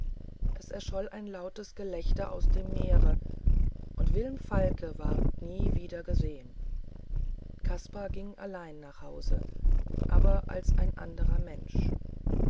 es erscholl ein lautes gelächter aus dem meere und wilm falke ward nie wieder gesehen kaspar ging allein nach hause aber als ein anderer mensch